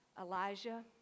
Elijah